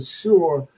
sure